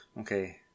okay